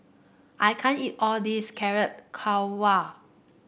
I can't eat all this Carrot Halwa